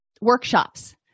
workshops